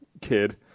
kid